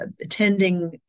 attending